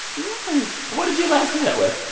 yes what did you last do that with?